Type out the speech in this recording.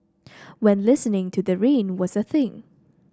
when listening to the rain was a thing